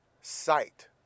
sight